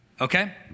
Okay